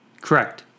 correct